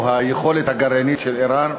או היכולת הגרעינית של איראן.